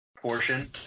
portion